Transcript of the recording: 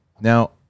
Now